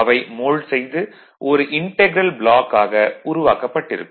அவை மோல்ட் செய்து ஒரு இன்டக்ரல் ப்ளாக் ஆக உருவாக்கப்பட்டிருக்கும்